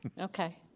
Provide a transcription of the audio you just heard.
Okay